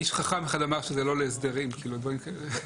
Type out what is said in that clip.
איש חכם אחד אמר שזה לא להסדרים דברים כאלה.